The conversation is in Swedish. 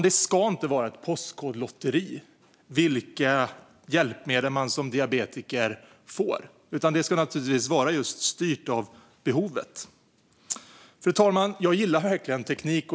Det ska inte vara ett "postkodlotteri" som avgör vilka hjälpmedel man som diabetiker får, utan det ska naturligtvis vara styrt av behovet. Fru talman! Jag gillar verkligen teknik.